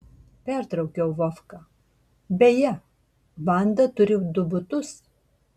pertraukiau vovką beje vanda turi du butus